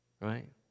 right